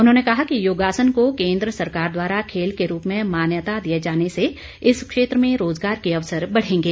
उन्होंने कहा कि योगासन को केंद्र सरकार द्वारा खेल के रूप में मान्यता दिए जाने से इस क्षेत्र में रोजगार के अवसर बढ़ेगें